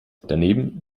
daneben